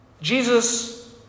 Jesus